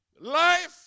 life